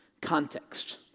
Context